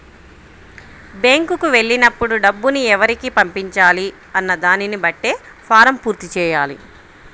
బ్యేంకుకి వెళ్ళినప్పుడు డబ్బుని ఎవరికి పంపించాలి అన్న దానిని బట్టే ఫారమ్ పూర్తి చెయ్యాలి